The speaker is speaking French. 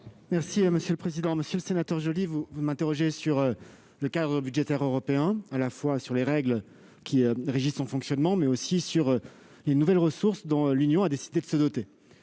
des comptes publics. Monsieur le sénateur Joly, vous m'interrogez sur le cadre budgétaire européen : sur les règles qui régissent son fonctionnement mais également sur les nouvelles ressources dont l'Union a décidé de se doter.